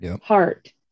heart